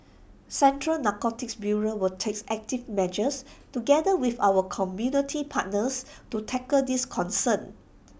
central narcotics bureau will takes active measures together with our community partners to tackle this concern